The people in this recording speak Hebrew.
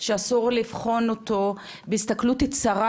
שאסור לבחון אותו בהסתכלות צרה,